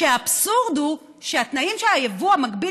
כשהאבסורד הוא שהתנאים שהייבוא המקביל